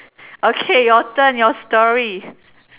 okay your turn your story